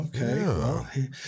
Okay